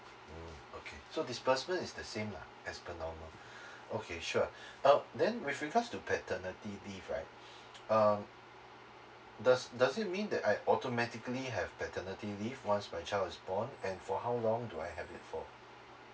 mm okay so disbursement is the same lah as per normal okay sure oh then with regards to paternity leave right um does does it mean that I automatically have paternity leave once my child is born and for how long do I have it for